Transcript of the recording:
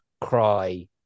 cry